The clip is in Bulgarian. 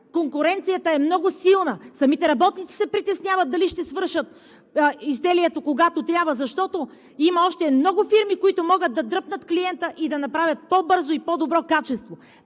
Конкуренцията е много силна и самите работници се притесняват дали ще свършат изделието, когато трябва, защото има още много фирми, които могат да дръпнат клиента, да го направят по-бързо и с по-добро качество.